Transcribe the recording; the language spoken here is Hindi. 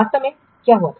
वास्तव में क्या हुआ था